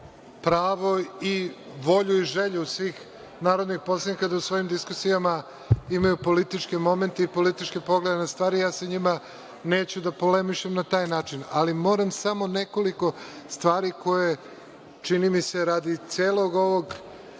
pravo i volju i želju svih narodnih poslanika da u svojim diskusijama imaju političke momente i političke poglede na stvari, ja sa njima neću da polemišem na taj način. Moram samo nekoliko stvari, čini mi se, radi celog ovog